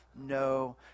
No